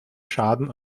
schaden